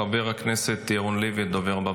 חבר הכנסת ירון לוי, הדובר הבא,